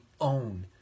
own